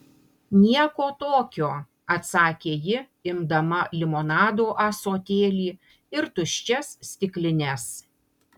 nieko tokio atsakė ji imdama limonado ąsotėlį ir tuščias stiklines